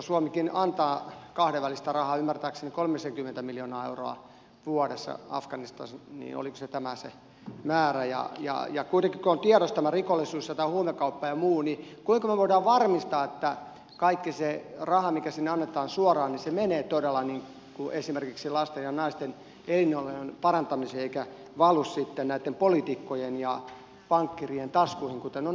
suomikin antaa kahdenvälistä rahaa ymmärtääkseni kolmisenkymmentä miljoonaa euroa vuodessa afganistaniin oliko tämä se määrä ja kuitenkin kun on tiedossa tämä rikollisuus ja tämä huumekauppa ja muu kuinka me voimme varmistaa että kaikki se raha mikä sinne annetaan suoraan menee todella esimerkiksi lasten ja naisten elinolojen parantamiseen eikä valu sitten näitten poliitikkojen ja pankkii rien taskuihin kuten on aikaisemmin käynyt